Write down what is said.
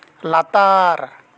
ᱞᱟᱛᱟᱨ